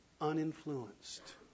uninfluenced